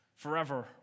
Forever